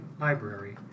Library